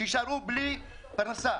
שיישארו בלי פרנסה.